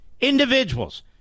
individuals